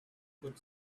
could